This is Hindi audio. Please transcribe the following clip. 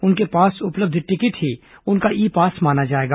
उनके पास उपलब्ध टिकट ही उनका ई पास माना जाएगा